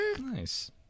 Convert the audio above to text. Nice